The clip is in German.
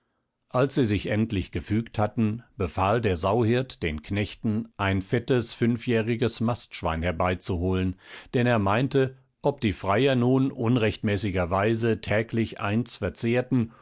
als sie sich endlich gefügt hatten befahl der sauhirt den knechten ein fettes fünfjähriges mastschwein herbeizuholen denn er meinte ob die freier nun unrechtmäßigerweise täglich eins verzehrten